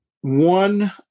One